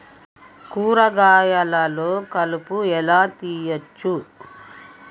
కూరగాయలలో కలుపు ఎలా తీయచ్చు?